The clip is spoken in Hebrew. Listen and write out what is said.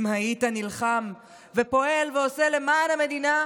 אם היית נלחם ופועל ועושה למען המדינה,